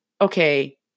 okay